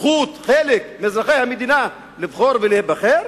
זכותם של חלק מאזרחי המדינה לבחור ולהיבחר?